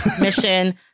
mission